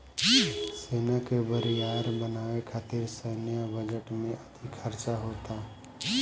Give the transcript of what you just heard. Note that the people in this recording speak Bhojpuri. सेना के बरियार बनावे खातिर सैन्य बजट में अधिक खर्चा होता